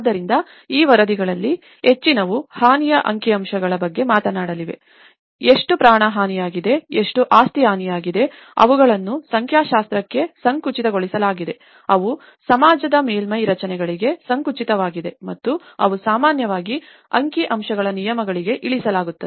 ಆದ್ದರಿಂದ ಈ ವರದಿಗಳಲ್ಲಿ ಹೆಚ್ಚಿನವು ಹಾನಿಯ ಅಂಕಿಅಂಶಗಳ ಬಗ್ಗೆ ಮಾತನಾಡಲಿ ಎಷ್ಟು ಪ್ರಾಣ ಹಾನಿಯಾಗಿದೆ ಎಷ್ಟು ಆಸ್ತಿ ಹಾನಿಯಾಗಿದೆ ಅವುಗಳನ್ನು ಸಂಖ್ಯಾಶಾಸ್ತ್ರಕ್ಕೆ ಸಂಕುಚಿತಗೊಳಿಸಲಾಗಿದೆ ಅವು ಸಮಾಜದ ಮೇಲ್ಮೈ ರಚನೆಗಳಿಗೆ ಸಂಕುಚಿತವಾಗಿವೆ ಮತ್ತು ಅವು ಸಾಮಾನ್ಯವಾಗಿ ಅಂಕಿಅಂಶಗಳ ನಿಯಮಗಳಿಗೆ ಇಳಿಸಲಾಗುತ್ತದೆ